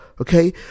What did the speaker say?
Okay